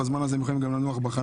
בזמן הזה הם גם יכולים לנוח בחניה,